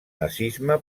nazisme